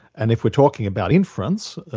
and if we're talking about inference,